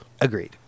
Agreed